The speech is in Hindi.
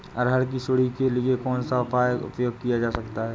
अरहर की सुंडी के लिए कौन सा उपाय किया जा सकता है?